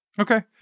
Okay